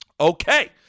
Okay